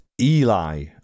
Eli